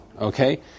okay